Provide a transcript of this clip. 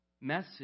message